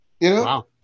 Wow